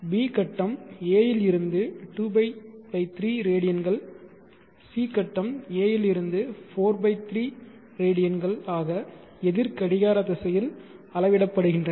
b கட்டம் a இல் இருந்து 2π 3 ரேடியன்கள் c கட்டம் a இல் இருந்து 4 π3 ரேடியன்கள் ஆக எதிர் கடிகார திசையில் அளவிடப்படுகின்றன